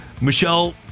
Michelle